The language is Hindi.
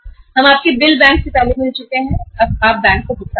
हमने आपके बिल पहले ही बैंक से डिस्काउंट करा लिए हैं आप बैंक को भुगतान करें